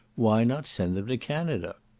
why not send them to canada?